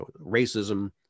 racism